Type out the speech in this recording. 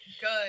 good